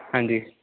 ਹਾਂਜੀ